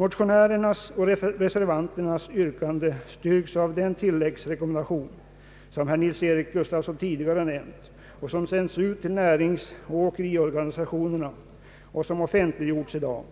Motionärernas och reservanternas yrkande styrks av den tilläggsrekommendation, som herr Nils-Eric Gustafsson tidigare nämnt, vilken utsänts till näringsoch åkeriorganisationerna och offentliggjorts i dag.